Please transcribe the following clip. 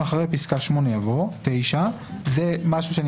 אחרי פסקה (8) יבוא: "(9)" זה משהו שאני